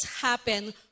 happen